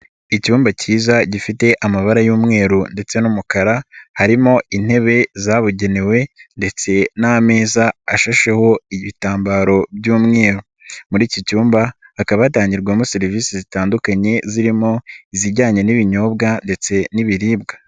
Icyumba cyiza gifite amabara y'umweru ndetse n'umukara, harimo intebe zabugenewe ndetse n'ameza ashasheho ibitambaro by'umweru, muri iki cyumba hakaba hatangirwamo serivisi zitandukanye, zirimo izijyanye n'ibinyobwa ndetse n'ibiribwa.